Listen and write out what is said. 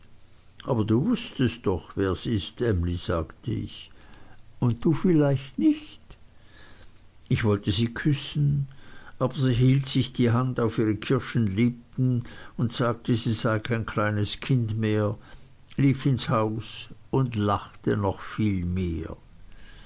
aber du wußtest doch wers ist emly sagte ich und du vielleicht nicht ich wollte sie küssen aber sie hielt sich die hand auf ihre kirschenlippen und sagte sie sei kein kleines kind mehr lief ins haus und lachte noch viel mehr